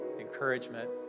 encouragement